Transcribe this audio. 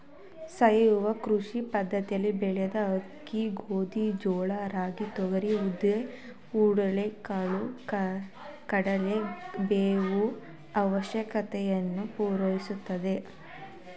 ಸಾವಯವ ಕೃಷಿ ಪದ್ದತಿಲಿ ಬೆಳೆದ ಅಕ್ಕಿ ಗೋಧಿ ಜೋಳ ರಾಗಿ ತೊಗರಿ ಉದ್ದು ಹುರುಳಿ ಕಡಲೆ ಬೆಲ್ಲವು ಅವಶ್ಯಕತೆಯನ್ನು ಪೂರೈಸುತ್ತದೆ